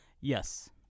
Yes